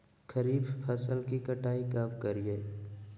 खरीफ फसल की कटाई कब करिये?